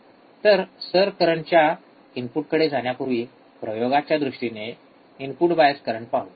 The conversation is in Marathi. तर सर करंटच्या इनपुटकडे जाण्यापूर्वी प्रयोगाच्या दृष्टीने इनपुट बायस करंट पाहू